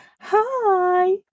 Hi